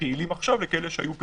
שפעילים עכשיו לכאלה שהיו פעילים,